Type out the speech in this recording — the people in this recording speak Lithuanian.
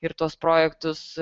ir tuos projektus